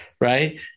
Right